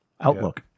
Outlook